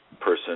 person